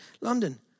London